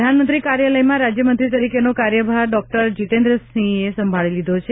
પ્રધાનમંત્રી કાર્યાલયમાં રાજ્યમંત્રી તરીકેનો કાર્યભાર ડોક્ટર જીતેન્દ્રસિંહે સંભાળી લીધો છે